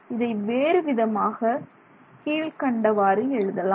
இதை வேறுவிதமாக கீழ்க்கண்டவாறு எழுதலாம்